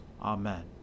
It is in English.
Amen